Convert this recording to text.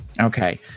Okay